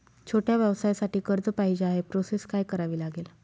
छोट्या व्यवसायासाठी कर्ज पाहिजे आहे प्रोसेस काय करावी लागेल?